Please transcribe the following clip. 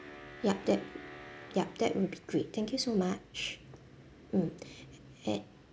yup that yup that would be great thank you so much mm at